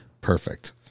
Perfect